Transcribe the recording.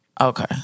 Okay